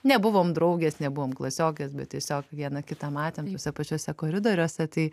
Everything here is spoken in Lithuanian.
nebuvom draugės nebuvom klasiokės bet tiesiog viena kitą matėm tuose pačiuose koridoriuose tai